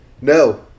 No